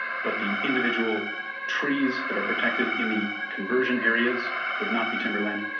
but the individual trees that are protected in the conversion areas would not be timber land.